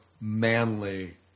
manly